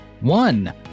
One